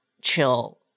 chill